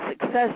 success